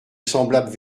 semblables